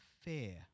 fear